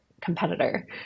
competitor